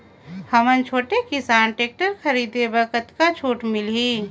हमन छोटे किसान टेक्टर खरीदे बर कतका छूट मिलही?